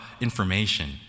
information